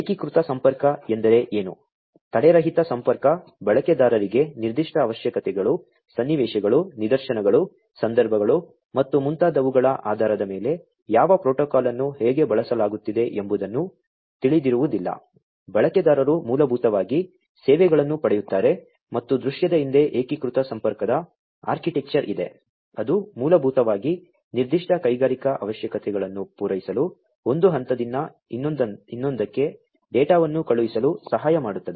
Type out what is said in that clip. ಏಕೀಕೃತ ಸಂಪರ್ಕ ಎಂದರೆ ಏನು ತಡೆರಹಿತ ಸಂಪರ್ಕ ಬಳಕೆದಾರರಿಗೆ ನಿರ್ದಿಷ್ಟ ಅವಶ್ಯಕತೆಗಳು ಸನ್ನಿವೇಶಗಳು ನಿದರ್ಶನಗಳು ಸಂದರ್ಭಗಳು ಮತ್ತು ಮುಂತಾದವುಗಳ ಆಧಾರದ ಮೇಲೆ ಯಾವ ಪ್ರೋಟೋಕಾಲ್ ಅನ್ನು ಹೇಗೆ ಬಳಸಲಾಗುತ್ತಿದೆ ಎಂಬುದನ್ನು ತಿಳಿದಿರುವುದಿಲ್ಲ ಬಳಕೆದಾರರು ಮೂಲಭೂತವಾಗಿ ಸೇವೆಗಳನ್ನು ಪಡೆಯುತ್ತಾರೆ ಮತ್ತು ದೃಶ್ಯದ ಹಿಂದೆ ಏಕೀಕೃತ ಸಂಪರ್ಕದ ಆರ್ಕಿಟೆಕ್ಚರ್ ಇದೆ ಅದು ಮೂಲಭೂತವಾಗಿ ನಿರ್ದಿಷ್ಟ ಕೈಗಾರಿಕಾ ಅವಶ್ಯಕತೆಗಳನ್ನು ಪೂರೈಸಲು ಒಂದು ಹಂತದಿಂದ ಇನ್ನೊಂದಕ್ಕೆ ಡೇಟಾವನ್ನು ಕಳುಹಿಸಲು ಸಹಾಯ ಮಾಡುತ್ತದೆ